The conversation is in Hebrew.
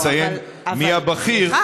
והעיתונאית תציין מי הבכיר.